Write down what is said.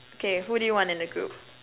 okay who do you want in the group